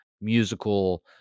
musical